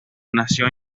nació